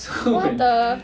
what the